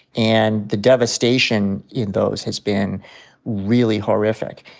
and the devastation in those has been really horrific.